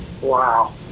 Wow